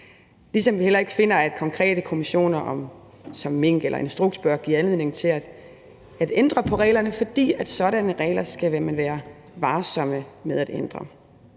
Vi finder heller ikke finder, at konkrete kommissioner som minkkommissionen eller Instrukskommissionen bør give anledning til at ændre på reglerne, fordi man skal være varsom med at ændre